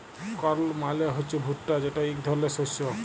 কর্ল মালে হছে ভুট্টা যেট ইক ধরলের শস্য